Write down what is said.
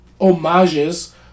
homages